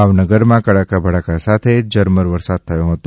ભાવનગરમાં કડાકા ભડાકા સાથે ઝરમર વરસાદ થયો હતો